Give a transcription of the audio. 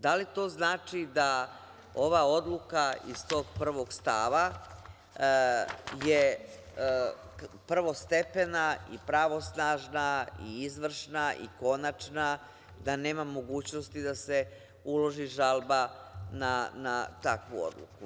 Da li to znači da ova odluka iz tog prvog stava je prvostepena i pravosnažna i izvršna i konačna, da nema mogućnosti da se uloži žalba na takvu odluku.